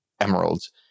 Emeralds